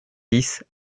dix